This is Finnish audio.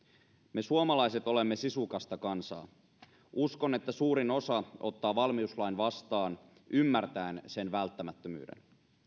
me suomalaiset olemme sisukasta kansaa uskon että suurin osa ottaa valmiuslain vastaan ymmärtäen sen välttämättömyyden